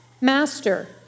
Master